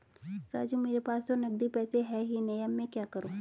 राजू मेरे पास तो नगदी पैसे है ही नहीं अब मैं क्या करूं